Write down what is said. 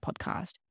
podcast